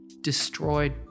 destroyed